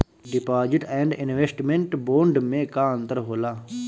Deposit and investment bond मे का अंतर होला?